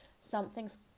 Something's